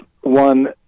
one